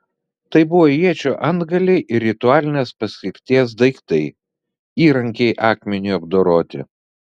tai buvo iečių antgaliai ir ritualinės paskirties daiktai įrankiai akmeniui apdoroti